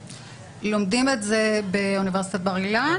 לומדים את זה באוניברסיטת בר אילן,